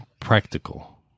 practical